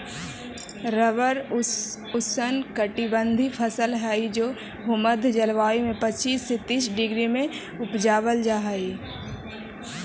rubber ऊष्णकटिबंधी फसल हई जे भूमध्य जलवायु में पच्चीस से तीस डिग्री में उपजावल जा हई